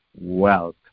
wealth